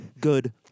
Good